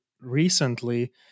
recently